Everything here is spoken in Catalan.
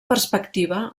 perspectiva